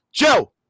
Joe